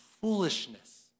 foolishness